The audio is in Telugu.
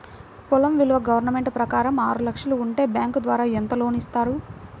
పొలం విలువ గవర్నమెంట్ ప్రకారం ఆరు లక్షలు ఉంటే బ్యాంకు ద్వారా ఎంత లోన్ ఇస్తారు?